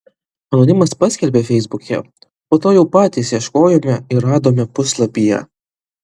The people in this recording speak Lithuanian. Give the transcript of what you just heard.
anonimas paskelbė feisbuke o po to jau patys ieškojome ir radome puslapyje